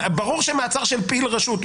ברור שמעצר של פעיל רשות,